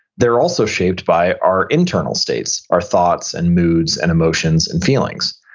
they're also shaped by our internal states, our thoughts, and moods, and emotions, and feelings,